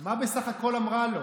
מה היא בסך הכול אמרה לו?